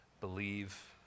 believe